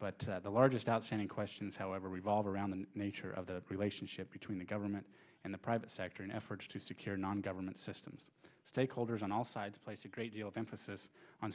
but the largest outstanding questions however revolve around the nature of the relationship between the government and the private sector and efforts to secure non government systems stakeholders on all sides placed a great deal of emphasis on